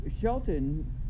Shelton